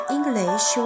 English